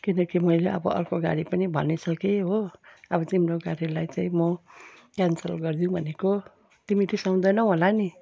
किनकि मैले अब अर्को गाडी पनि भनिसकेँ हो अब तिम्रो गाडीलाई चाहिँ म क्यान्सल गरिदिउँ भनेको तिमी रिसाउँदैनौ होला नि